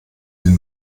den